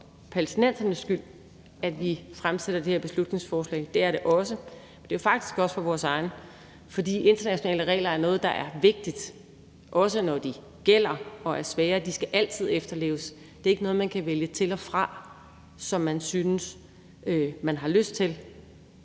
for palæstinensers skyld, at vi fremsætter det her beslutningsforslag. Det er det også, men det er faktisk også for vores egen, for internationale regler er noget, der er vigtigt, også når de er svære. De skal altid efterleves; det er ikke noget, man kan vælge til og fra, som man synes man har lyst til